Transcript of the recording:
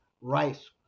rice